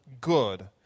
good